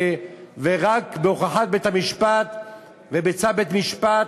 ורק בהוכחת בית-המשפט ובצו בית-משפט,